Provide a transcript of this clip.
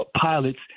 pilots